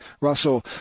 Russell